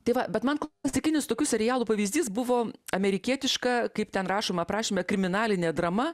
tai va bet man klasikinis tokių serialų pavyzdys buvo amerikietiška kaip ten rašoma aprašyme kriminalinė drama